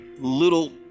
little